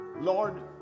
Lord